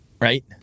Right